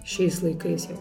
šiais laikais jau